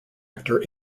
actor